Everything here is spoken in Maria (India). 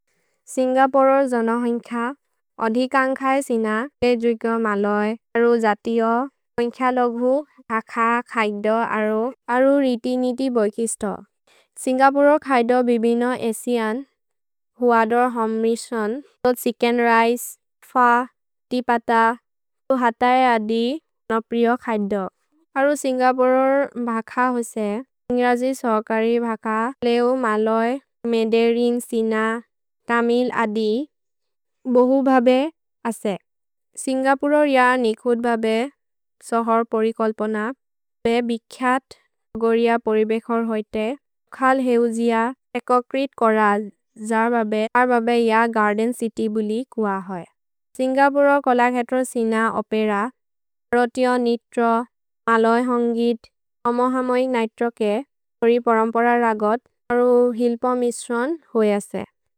सिन्गपुरोर् जन होन्ख, ओधिकन्ग् खए सिन के जुग मलोय्, अरु जतिओ, होन्ख लोघु, खख, खय्दो, अरु, अरु रिति निति बोइकिस्तो। सिन्गपुरोर् खय्दो बिबिनो एसिअन्, हुअदोर् होम्रिशोन्, तो छिच्केन् रिचे, फ, तिपत, तु हतये अदि, नप्रिओ खय्दो। अरु सिन्गपुरोर् भख होसे, सिन्ग्रजि सोहकरि भख, लेउ मलोय्, मेदेरिन् सिन, तमिल् अदि, बोहु भबे असे। सिन्गपुरोर् य निखुद् भबे, सोहोर् परिकल्पनपे, बे बिख्यत् गोरिय परिबेखर् होइते, खल् हेउजिय, एकोक्रित् कोरल्, जर् भबे, जर् भबे य गर्देन् चित्य् बुलि कुअ होइ। सिन्गपुरोर् कोल खेत्रो सिन, ओपेर, रोतिओ, नित्रो, मलोय्, होन्गिद्, ओमोहमोहिक् नित्रो के सोरि परम्पर रगत् अरु हिल्प मिश्रोन् हुइ असे।